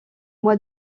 mois